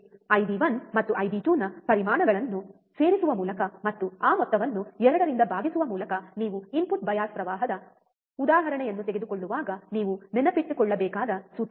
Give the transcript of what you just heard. IB one ಮತ್ತು I B two ನ ಪರಿಮಾಣಗಳನ್ನು ಸೇರಿಸುವ ಮೂಲಕ ಮತ್ತು ಆ ಮೊತ್ತವನ್ನು 2 ರಿಂದ ಭಾಗಿಸುವ ಮೂಲಕ ನೀವು ಇನ್ಪುಟ್ ಬಯಾಸ್ ಪ್ರವಾಹದ ಉದಾಹರಣೆಯನ್ನು ತೆಗೆದುಕೊಳ್ಳುವಾಗ ನೀವು ನೆನಪಿಟ್ಟುಕೊಳ್ಳಬೇಕಾದ ಸೂತ್ರ ಇದು